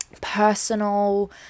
personal